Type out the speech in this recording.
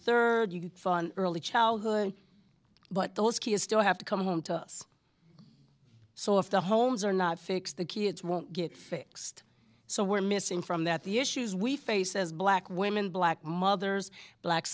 third you could fall on early childhood but those key is still have to come home to us so if the homes are not fixed the kids won't get fixed so we're missing from that the issues we face as black women black mothers black